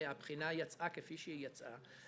והבחינה יצאה כפי שהיא יצאה,